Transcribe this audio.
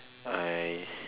I